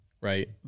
right